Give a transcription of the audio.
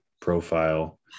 profile